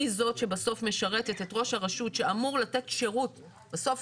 היא זאת שמשרתת את ראש הרשות שאמור לתת שירות בסוף